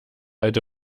alte